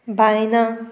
Baina